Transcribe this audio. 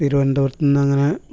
തിരുവനന്തപുരത്തെന്ന് അങ്ങനെ